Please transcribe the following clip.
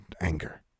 anger